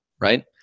right